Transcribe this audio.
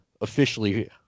officially